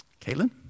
Caitlin